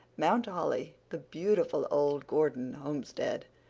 mount holly, the beautiful old gordon homestead,